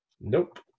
Nope